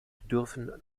bedürfen